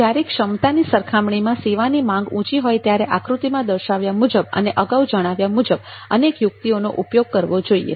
જ્યારે ક્ષમતાની સરખામણીમાં સેવાની માંગ ખૂબ ઊંચી હોય ત્યારે આકૃતિમાં દર્શાવ્યા મુજબ અને અગાઉ જણાવ્યા મુજબ અનેક યુક્તિઓનો ઉપયોગ કરવો જોઈએ